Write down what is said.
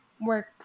work